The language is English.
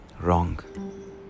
Wrong